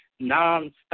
nonstop